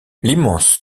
l’immense